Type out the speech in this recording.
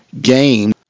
game